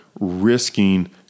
risking